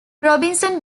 robinson